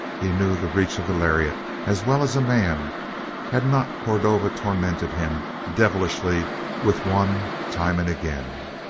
he knew the reach of a lariat as well as a man had not cordova tormented him devilishly with one time and again?